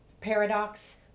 Paradox